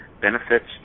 benefits